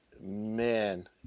Man